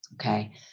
okay